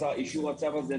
אישור הצו הזה,